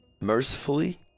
Mercifully